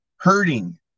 hurting